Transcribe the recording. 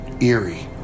eerie